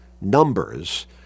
Numbers